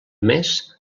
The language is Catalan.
més